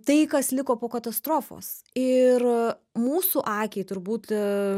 tai kas liko po katastrofos ir mūsų akiai turbūt